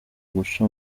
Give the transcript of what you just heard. guca